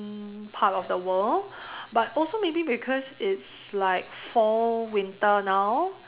part of the world but also maybe because it's like fall winter now